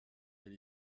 elle